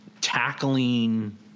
tackling